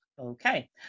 Okay